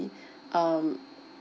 um